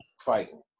fighting